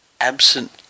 absent